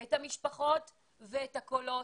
את המשפחות ואת הקולות.